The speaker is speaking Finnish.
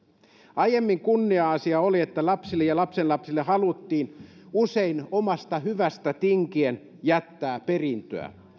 aiemmin kunnia asia oli että lapsille ja lapsenlapsille haluttiin usein omasta hyvästä tinkien jättää perintöä